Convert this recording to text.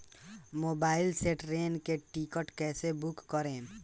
Mobile से train के ticket कैसे बूक करेम?